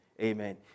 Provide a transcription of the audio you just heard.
Amen